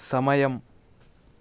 సమయం